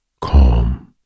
calm